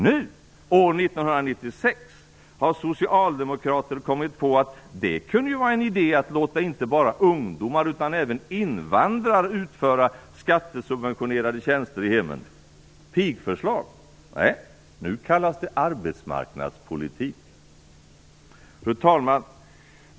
Nu, år 1996, har socialdemokrater kommit på att det kunde ju vara en idé att låta inte bara ungdomar utan även invandrare utföra skattesubventionerade tjänster i hemmen. Pigförslag? Fru talman!